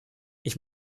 ich